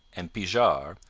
and pijart,